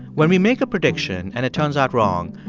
when we make a prediction and it turns out wrong,